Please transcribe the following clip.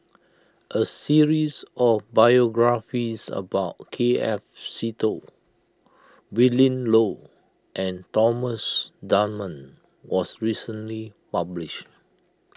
a series of biographies about K F Seetoh Willin Low and Thomas Dunman was recently published